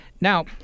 Now